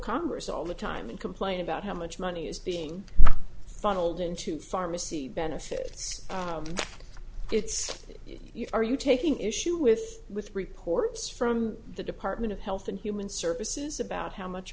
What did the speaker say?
congress all the time and complain about how much money is being funneled into pharmacy benefits it's you are you taking issue with with reports from the department of health and human services about how much